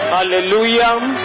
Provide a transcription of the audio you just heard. Hallelujah